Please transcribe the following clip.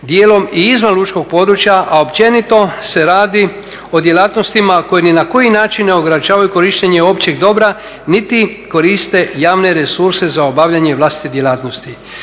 dijelom i izvan lučkog područja, a općenito se radi o djelatnostima koje ni na koji način ne ograničavaju korištenje općeg dobra niti koriste javne resurse za obavljanje vlastite djelatnosti.